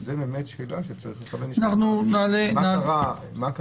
זו שאלה שצריך לשמוע עליה תשובה: מה קרה